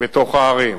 בתוך הערים,